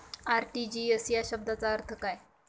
RTGS या शब्दाचा अर्थ काय?